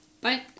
Bye